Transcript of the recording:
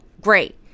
Great